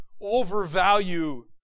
overvalue